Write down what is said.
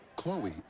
Chloe